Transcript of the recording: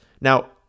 Now